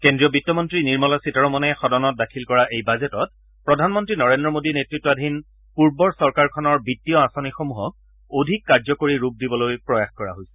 কেন্দ্ৰীয় বিত্তমন্ত্ৰী নিৰ্মলা সীতাৰমণে সদনত দাখিল কৰা এই বাজেটত প্ৰধানমন্ত্ৰী নৰেন্দ্ৰ মোদী নেততাধীন পূৰ্বৰ চৰকাৰখনৰ বিত্তীয় আঁচনিসমূহক অধিক কাৰ্যকৰী ৰূপ দিবলৈ প্ৰয়াস কৰা পৰিলক্ষিত হৈছে